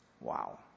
Wow